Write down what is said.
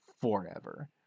forever